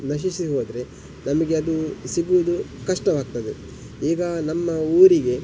ನಶಿಸಿ ಹೋದರೆ ನಮಗೆ ಅದು ಸಿಗುವುದು ಕಷ್ಟವಾಗ್ತದೆ ಈಗ ನಮ್ಮ ಊರಿಗೆ